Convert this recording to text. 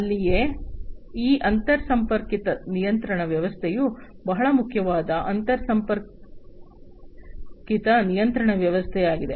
ಅಲ್ಲಿಯೇ ಈ ಅಂತರ್ಸಂಪರ್ಕಿತ ನಿಯಂತ್ರಣ ವ್ಯವಸ್ಥೆಯು ಬಹಳ ಮುಖ್ಯವಾದ ಅಂತರ್ಸಂಪರ್ಕಿತ ನಿಯಂತ್ರಣ ವ್ಯವಸ್ಥೆಯಾಗಿದೆ